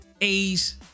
a's